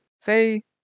say